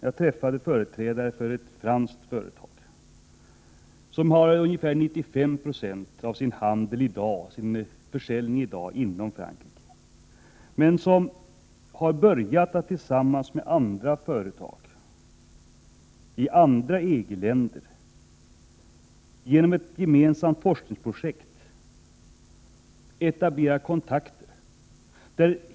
Jag träffade företrädare för ett franskt företag, som i dag avsätter ca 95 9 av sin försäljning inom Frankrike. Nu har företaget tillsammans med andra företag i andra EG-länder genom ett gemensamt forskningsprojekt börjat etablera kontakter.